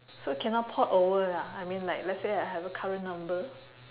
so cannot port over lah I mean like let's say I have a current number